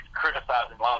criticizing